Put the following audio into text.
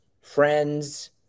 friends